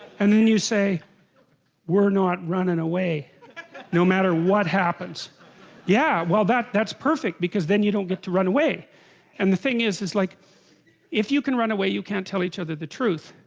and then you say we're not running and away no matter what happens yeah, well that that's perfect because then you, don't get to run away and the thing is is like if you can run, away you can't tell each other the truth?